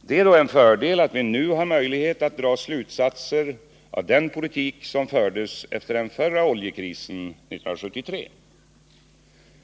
Det är dock en fördel att vi nu har möjlighet att dra slutsatser av den politik som fördes efter den förra oljekrisen 1973.